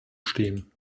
stehen